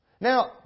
Now